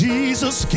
Jesus